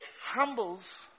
humbles